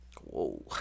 Whoa